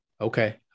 Okay